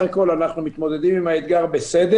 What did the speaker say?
הכול אנחנו מתמודדים עם האתגר בסדר.